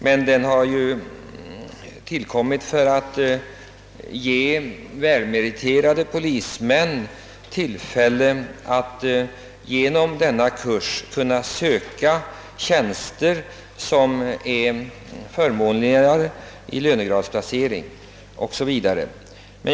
Kursen har tillkommit för att ge välmeriterade polismän tillfälle att kunna söka tjänster, som är förmånligare lönegradsplacerade, etc.